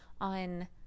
on